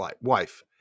wife